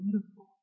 beautiful